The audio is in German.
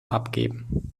abgeben